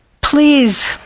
Please